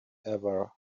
ever